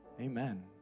Amen